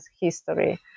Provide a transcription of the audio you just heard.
history